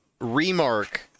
remark